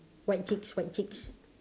white chicks white chicks